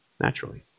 Naturally